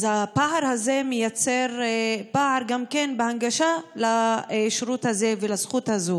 אז הפער הזה מייצר פער גם כן בהנגשה לשירות הזה ולזכות הזו.